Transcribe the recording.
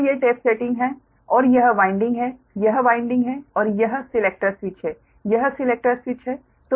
तो ये tap setting हैं और यह वाइंडिंग है यह वाइंडिंग है और यह सिलेक्टर स्विच है यह सिलेक्टर स्विच है